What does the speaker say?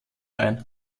ein